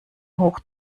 hoch